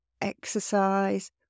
exercise